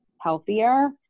healthier